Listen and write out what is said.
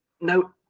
no